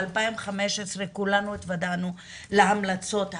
ב-2015 כולנו התוודענו להמלצות האלה.